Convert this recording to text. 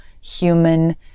human